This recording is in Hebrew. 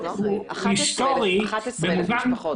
11,000 משפחות.